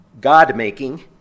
God-making